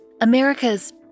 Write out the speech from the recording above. America's